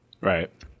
Right